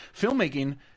filmmaking